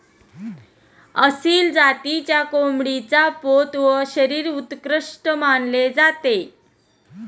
आसिल जातीच्या कोंबडीचा पोत व शरीर उत्कृष्ट मानले जाते